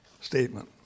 statement